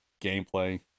gameplay